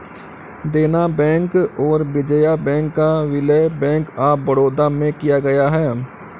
देना बैंक और विजया बैंक का विलय बैंक ऑफ बड़ौदा में किया गया है